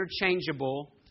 interchangeable